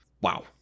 Wow